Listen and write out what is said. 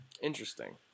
Interesting